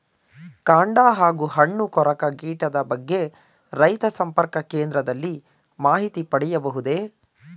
ಕಾಂಡ ಹಾಗೂ ಹಣ್ಣು ಕೊರಕ ಕೀಟದ ಬಗ್ಗೆ ರೈತ ಸಂಪರ್ಕ ಕೇಂದ್ರದಲ್ಲಿ ಮಾಹಿತಿ ಪಡೆಯಬಹುದೇ?